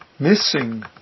Missing